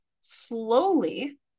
slowly